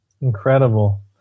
Incredible